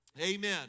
Amen